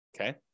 Okay